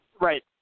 right